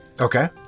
Okay